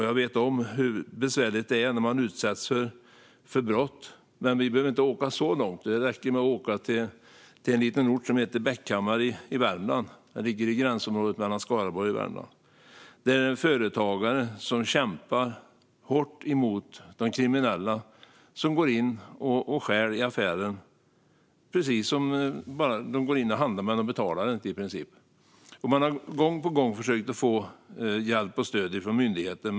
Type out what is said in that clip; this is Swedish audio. Jag vet också hur besvärligt det är när man utsätts för brott. Men vi behöver inte åka så långt. Det räcker att åka till en liten ort som heter Bäckhammar i Värmland, i gränsområdet mellan Skaraborg och Värmland. Där kämpar en företagare hårt mot de kriminella som går in och stjäl i affären. De går in i princip som att de handlar; de betalar bara inte. Man har gång på gång försökt få hjälp och stöd från myndigheter.